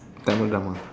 Tamil drama